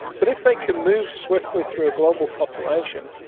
but if they can move swiftly through a global population,